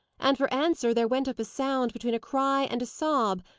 and for answer there went up a sound, between a cry and a sob,